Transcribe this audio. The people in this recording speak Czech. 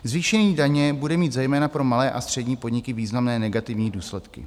Zvýšení daně bude mít zejména pro malé a střední podniky významné negativní důsledky.